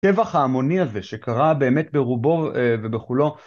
טבח ההמוני הזה שקרה באמת ברובו ובכולו.